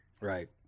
Right